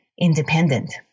independent